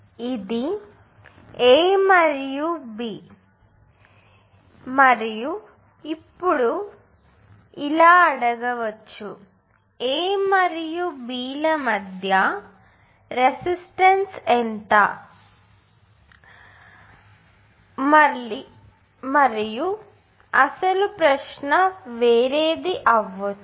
ఇది A మరియు B మరియు ఇప్పుడు అదే ప్రశ్న అడుగుతాను A మరియు B ల మధ్య రెసిస్టెన్స్ ఎంత కానీ అసలు ప్రశ్న వేరేది కావచ్చు